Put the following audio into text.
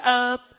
up